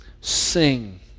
sing